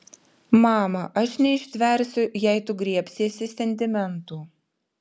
mama aš neištversiu jei tu griebsiesi sentimentų